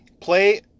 Play